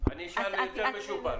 אני אשאל יותר משופר.